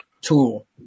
tool